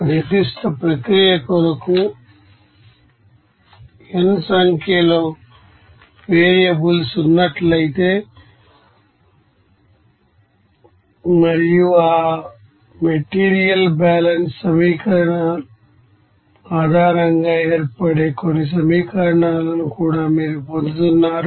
ఒక నిర్దిష్ట ప్రక్రియ కొరకు n సంఖ్యలో వేరియబుల్స్ ఉన్నట్లయితే మరియు ఆ మెటీరియల్ బ్యాలెన్స్ సమీకరణం ఆధారంగా ఏర్పడే కొన్ని సమీకరణాలను కూడా మీరు పొందుతున్నారు